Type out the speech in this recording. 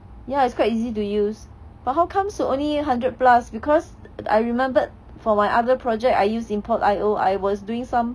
ya it's quite easy to use but how come so only hundred plus because I remembered for my other project I used Import.io I was doing some